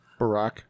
Barack